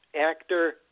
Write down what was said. actor